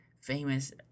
famous